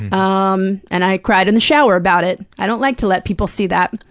um and i cried in the shower about it. i don't like to let people see that.